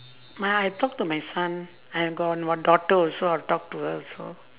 my I talk to my son I have got my daughter also I'll talk to her also